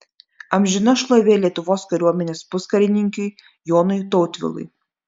amžina šlovė lietuvos kariuomenės puskarininkiui jonui tautvilui